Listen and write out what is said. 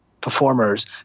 performers